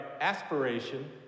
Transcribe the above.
aspiration